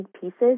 pieces